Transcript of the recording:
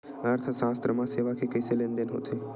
अर्थशास्त्र मा सेवा के कइसे लेनदेन होथे?